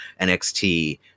NXT